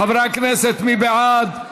חברי הכנסת, מי בעד?